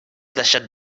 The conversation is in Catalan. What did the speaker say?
deixat